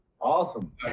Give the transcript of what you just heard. awesome